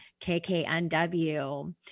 KKNW